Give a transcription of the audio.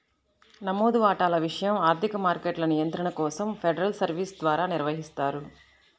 నమోదు వాటాల విషయం ఆర్థిక మార్కెట్ల నియంత్రణ కోసం ఫెడరల్ సర్వీస్ ద్వారా నిర్వహిస్తారు